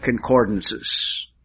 concordances